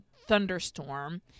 thunderstorm